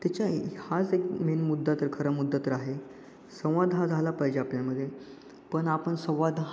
त्याच्या हाच एक मेन मुद्दा तर खरं मुद्दा तर आहे संवाद हा झाला पाहिजे आपल्यामध्ये पण आपण संवाद